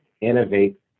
innovate